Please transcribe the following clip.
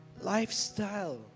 lifestyle